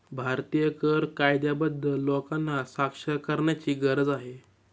भारतीय कर कायद्याबद्दल लोकांना साक्षर करण्याची गरज आहे